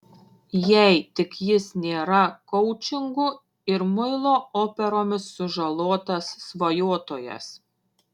jei tik jis nėra koučingu ir muilo operomis sužalotas svajotojas